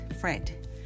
Fred